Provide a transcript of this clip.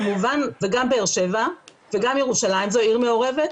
וגם באר שבע וגם ירושלים זו עיר מעורבת,